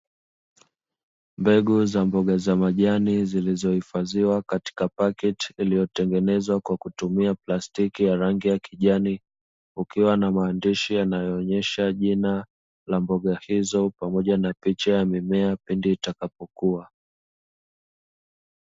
Mbegu za mboga za majani zilizohifadhiwa katika pakiti iliyotengenezwa kwa kutumia plastiki ya rangi ya kijani, kukiwa na maandishi yanayoonesha jina la mboga hizo pamoja na picha ya mimea pindi itakapokua.